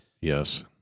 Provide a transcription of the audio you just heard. Yes